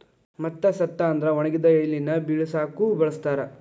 ಮತ್ತ ಸತ್ತ ಅಂದ್ರ ಒಣಗಿದ ಎಲಿನ ಬಿಳಸಾಕು ಬಳಸ್ತಾರ